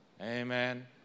Amen